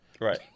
right